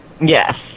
Yes